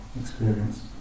experience